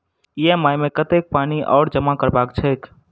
EMI मे कतेक पानि आओर जमा करबाक छैक?